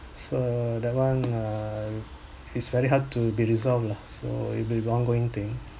so that one err is very hard to be resolved lah so it'll be an ongoing thing